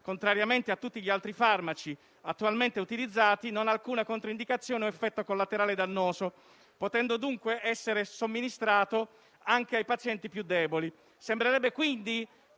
contrariamente a tutti gli altri farmaci attualmente utilizzati non ha alcuna controindicazione o effetto collaterale dannoso, potendo dunque essere somministrato anche ai pazienti più deboli. Sembrerebbe quindi